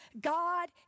God